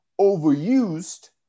overused